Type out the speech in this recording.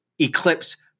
eclipse